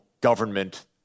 government